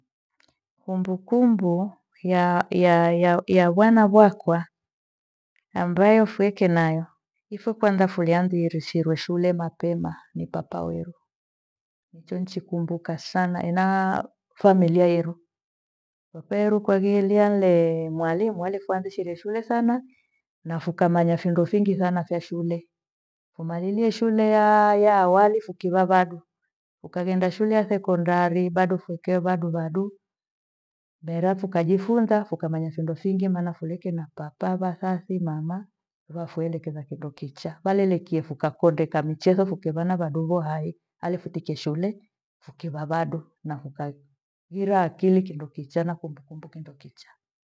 Kumbukumbu ya vana vakwa ambayo fuvike nayo, ifwe kwanza fuleanjishirwe shule mapema ni papa weru, niche nichikumbuka sana enaah familia yeru. Kwakeru kwageilia lee mwalimu alefu fuanjirie shule sana na fukamanya findo fingi sana vya shule. Nimalilie shule ya- ya awali fukiwa vadu kukaghenda shule ya secondary bado feke vaduvadu merafu ukajifunza fukamanya findo fingi maana fuleke na papa vathathi na ma vafuelekesa kindo kicha. Valekie fukakondeka micheso fuke vana vadogo hai halefetiche shule fukiva vadu na thukai ghira akili kindo kichaa na kumbukumbu kindo kichaa